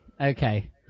Okay